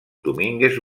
domínguez